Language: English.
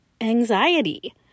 anxiety